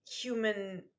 human